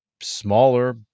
smaller